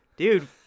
Dude